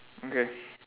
okay